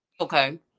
Okay